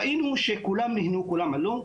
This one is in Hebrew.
ראינו שכולם נהנו, כולם עלו,